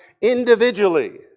individually